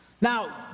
Now